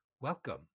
Welcome